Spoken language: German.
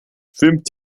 schwimmt